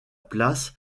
place